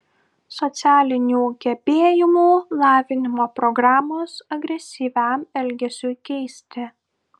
socialinių gebėjimų lavinimo programos agresyviam elgesiui keisti